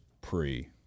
pre